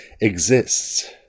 exists